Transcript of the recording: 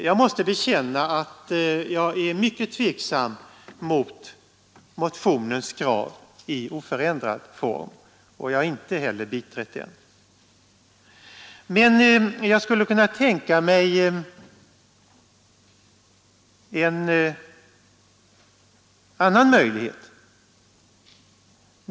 Jag måste bekänna att jag är mycket tveksam till motionens krav i oförändrad form, och jag har inte heller biträtt motionen. Jag skulle emellertid kunna tänka mig en annan möjlighet.